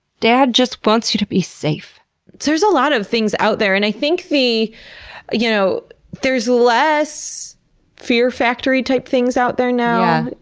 dad just wants you to be safe. so there's lot of things out there, and i think you know there's less fear-factory type things out there now.